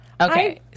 Okay